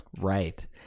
Right